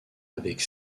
avec